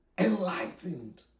enlightened